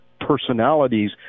personalities